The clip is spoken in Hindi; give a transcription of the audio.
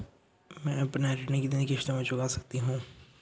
मैं अपना ऋण कितनी किश्तों में चुका सकती हूँ?